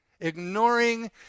ignoring